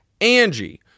Angie